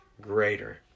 greater